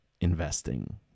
investing